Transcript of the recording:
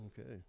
Okay